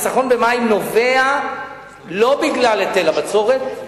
נובע לא מהיטל הבצורת,